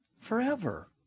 Forever